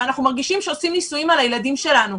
אנחנו מרגישים שעושים ניסויים על הילדים שלנו.